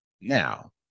Now